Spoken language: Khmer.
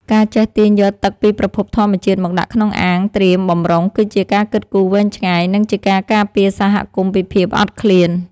ការចេះទាញយកទឹកពីប្រភពធម្មជាតិមកដាក់ក្នុងអាងត្រៀមបម្រុងគឺជាការគិតគូរវែងឆ្ងាយ និងជាការការពារសហគមន៍ពីភាពអត់ឃ្លាន។